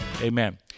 Amen